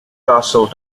castle